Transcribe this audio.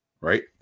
right